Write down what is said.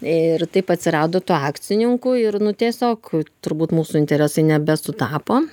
ir taip atsirado tų akcininkų ir nu tiesiog turbūt mūsų interesai nebesutapo